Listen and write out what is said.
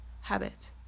habit